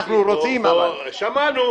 אנחנו רוצים אבל --- שמענו.